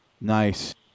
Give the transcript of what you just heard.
Nice